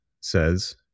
says